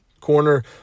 corner